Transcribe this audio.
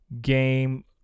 game